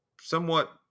Somewhat